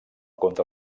contra